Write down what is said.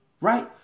right